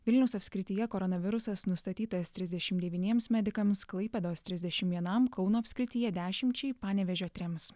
vilniaus apskrityje koronavirusas nustatytas trisdešimt devyniems medikams klaipėdos trisdešim vienam kauno apskrityje dešimčiai panevėžio trims